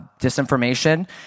disinformation